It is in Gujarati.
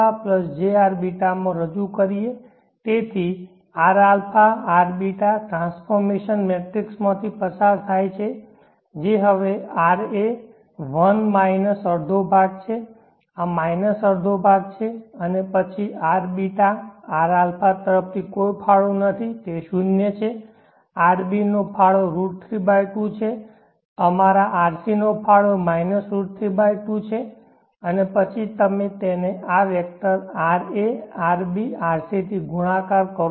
તેથી rα rβ ટ્રાન્સફોર્મેશન મેટ્રિક્સમાંથી પસાર થાય છે જે હવે ra 1 માઇનસ અડધો ભાગ છે આ માઇનસ અડધો ભાગ છે અને પછી rβ rα તરફથી કોઈ ફાળો નથી તે શૂન્ય છે rb નો ફાળો √3 2 છે અમારા rc નો ફાળો √3 2 છે અને પછી તમે તેને આ વેક્ટર ra rb rc થી ગુણાકાર કરો